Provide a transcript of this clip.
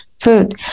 food